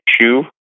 shoe